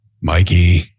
Mikey